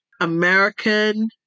American